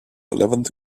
eleventh